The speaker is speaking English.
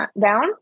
down